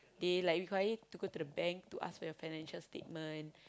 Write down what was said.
they like require you to go to the bank to ask for your financial statement